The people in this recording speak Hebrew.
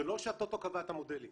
זה לא שהטוטו קבע את המודלים,